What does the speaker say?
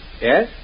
Yes